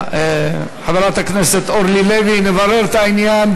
חברת הכנסת אורלי לוי, נברר את העניין.